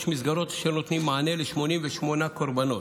מסגרות אשר נותנות מענה ל-88 קורבנות: